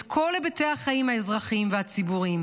כל היבטי החיים האזרחיים והציבוריים,